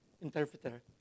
interpreter